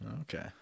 Okay